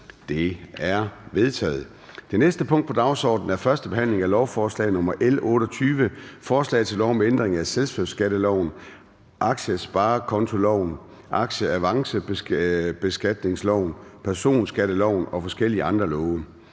Det er vedtaget. --- Det næste punkt på dagsordenen er: 12) 1. behandling af lovforslag nr. L 28: Forslag til lov om ændring af selskabsskatteloven, aktiesparekontoloven, aktieavancebeskatningsloven, personskatteloven og forskellige andre love.